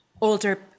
Older